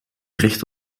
recht